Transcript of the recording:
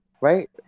right